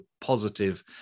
positive